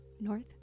North